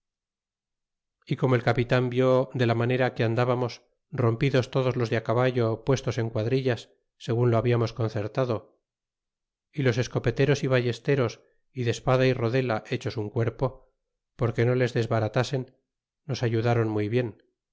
y como el capitan vio de la manera que andábamos rompimos todos los de á caballo puestos est quadrillas segun lo hablamos concertado y las escopeteros y ballesteros y de espada y rodela hechos un cuerpo porque no les desbaratasen nos ayudaron muy bien